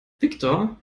viktor